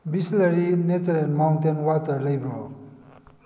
Bisleri natural mountain water ꯂꯩꯕ꯭ꯔꯣ